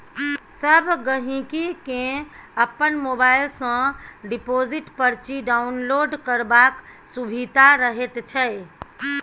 सब गहिंकी केँ अपन मोबाइल सँ डिपोजिट परची डाउनलोड करबाक सुभिता रहैत छै